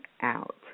out